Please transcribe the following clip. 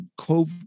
COVID